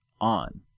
on